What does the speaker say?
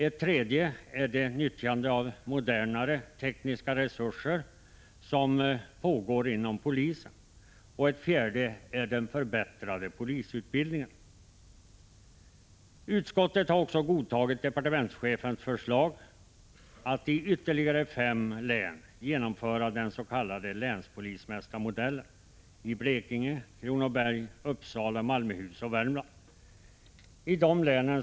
Ett tredje sätt är det nyttjande av modernare tekniska resurser som pågår inom polisen och ett fjärde är den förbättrade polisutbildningen. Utskottet har också godtagit departementschefens förslag om att i ytterligare fem län genomföra den s.k. länspolismästarmodellen. Det gäller Blekinge, Kronobergs, Uppsala, Malmöhus och Värmlands län. I dessa län = Prot.